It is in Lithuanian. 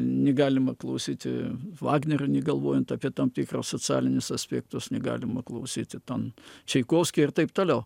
nigalima klausyti vagnerio nigalvojant apie tam tikrą socialinius aspektus nigalima klausyti ten čaikovskį ir taip toliau